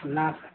না স্যার